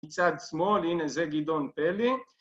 ‫בצד שמאל, הנה זה גידעון פלי.